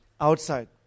outside